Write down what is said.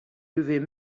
devait